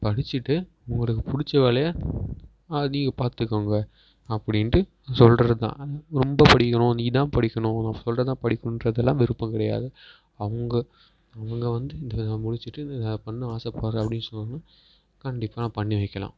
படித்துட்டு உங்களுக்கு பிடிச்ச வேலையை நீங்கள் பார்த்துக்கோங்க அப்படின்டு சொல்கிறதுதான் ரொம்ப படிக்கணும் நீ இதுதான் படிக்கணும் நான் சொல்கிறத தான் படிக்கணுன்றதலாம் விருப்பம் கிடையாது அவங்க அவங்க வந்து இந்த இதை முடித்துட்டு நான் இதை பண்ண ஆசைப்பட்றேன் அப்படின்னு சொன்னாங்கனால் கண்டிப்பாக நான் பண்ணி வைக்கலாம்